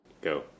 Go